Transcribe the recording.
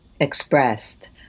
expressed